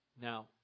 Now